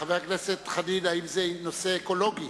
חבר הכנסת חנין, האם זה נושא אקולוגי?